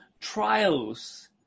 trials